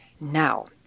Now